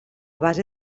base